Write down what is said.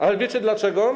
Ale wiecie dlaczego?